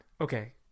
okay